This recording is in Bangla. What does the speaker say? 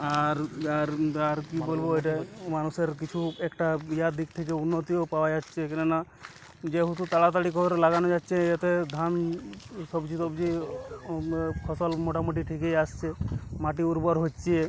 আর আর আর কী বলবো এটা মানুষের কিছু একটা বিরাট দিক থেকে উন্নতিও পাওয়া যাচ্ছে কেননা যেহেতু তাড়াতাড়ি করে লাগানো যাচ্ছে যাতে ধান সবজি টবজি ফসল মোটামোটি ঠিকই আসছে মাটি উর্বর হচ্ছে